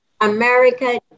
America